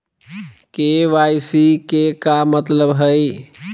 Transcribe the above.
KYC के का मतलब हई?